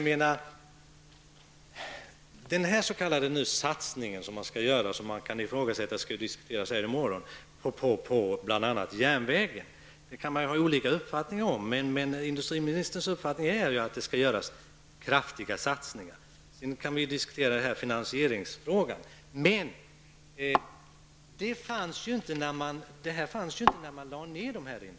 Men den s.k. satsning som skall göras, och som kan ifrågasättas -- den skall diskuteras här i morgon -- på bl.a. järnvägen kan man ha olika uppfattningar om. Men industriministerns uppfattning är att det skall göras kraftiga satsningar. Sedan kan vi diskutera finansieringsfrågan. Men så skedde inte när dessa industrier lades ned.